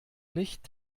nicht